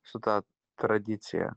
su ta tradicija